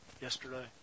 yesterday